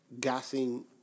gassing